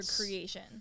creation